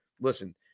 Listen